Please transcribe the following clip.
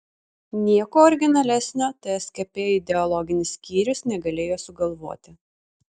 nieko originalesnio tskp ideologinis skyrius negalėjo sugalvoti